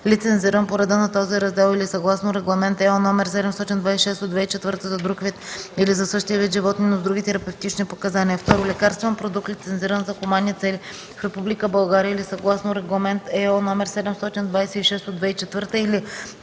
лицензиран по реда на този раздел или съгласно Регламент (ЕО) № 726/2004 за друг вид или за същия вид животни, но с други терапевтични показания; 2. лекарствен продукт, лицензиран за хуманни цели в Република България или съгласно Регламент (ЕО) № 726/2004